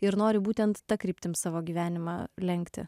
ir nori būtent ta kryptim savo gyvenimą lenkti